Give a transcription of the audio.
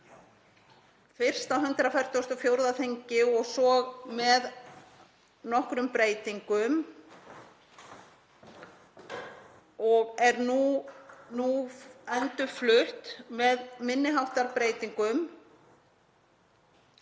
fyrst á 144. þingi og svo með nokkrum breytingum, og er nú endurflutt með minni háttar breytingum